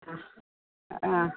ആ ആ